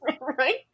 right